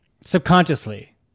subconsciously